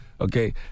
Okay